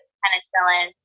penicillin